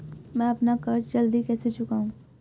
मैं अपना कर्ज जल्दी कैसे चुकाऊं?